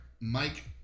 Mike